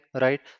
right